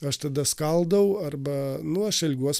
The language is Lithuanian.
aš tada skaldau arba nu aš elgiuos